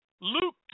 Luke